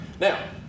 Now